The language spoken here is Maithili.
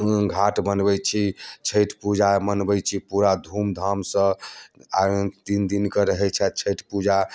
घाट बनबैत छी छठि पूजा मनबैत छी पूरा धूमधामसँ आँ तिन दिनकऽ रहैत छथि छठि पूजा